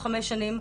או חמש שנים,